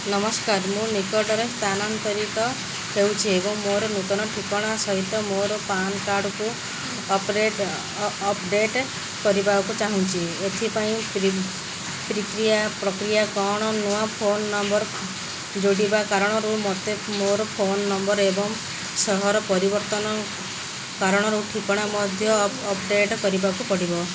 ନମସ୍କାର ମୁଁ ନିକଟରେ ସ୍ଥାନାନ୍ତରିତ ହୋଇଛି ଏବଂ ମୋର ନୂତନ ଠିକଣା ସହିତ ମୋର ପାନ୍ କାର୍ଡ଼କୁ ଅପଡ଼େଟ୍ କରିବାକୁ ଚାହୁଁଛି ଏଥିପାଇଁ ପ୍ରକ୍ରିୟା କ'ଣ ନୂଆ ଫୋନ ନମ୍ବର ଯୋଡ଼ିବା କାରଣରୁ ମୋତେ ମୋର ଫୋନ ନମ୍ବର ଏବଂ ସହର ପରିବର୍ତ୍ତନ କାରଣରୁ ଠିକଣା ମଧ୍ୟ ଅପଡ଼େଟ୍ କରିବାକୁ ପଡ଼ିବ